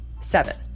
seven